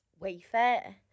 Wayfair